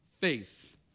faith